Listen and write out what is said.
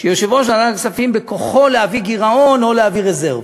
שיושב-ראש ועדת הכספים בכוחו להביא גירעון או להביא רזרבה.